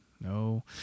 no